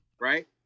right